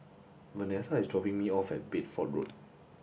Vanesa is dropping me off at Bedford Road